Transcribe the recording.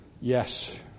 yes